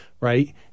right